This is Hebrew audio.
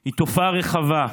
היא תופעה רחבה,